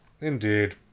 Indeed